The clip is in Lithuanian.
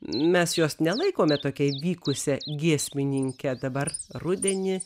mes jos nelaikome tokia įvykusia giesmininkė dabar rudenį